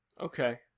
Okay